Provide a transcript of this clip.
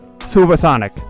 Supersonic